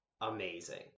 amazing